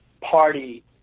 party